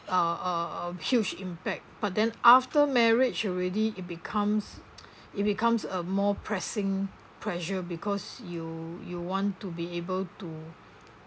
uh uh a huge impact but then after marriage already it becomes it becomes a more pressing pressure because you you want to be able to